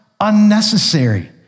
unnecessary